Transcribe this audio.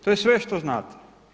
To je sve što znate.